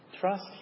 Trust